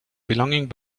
belonging